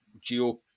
Geo